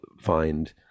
find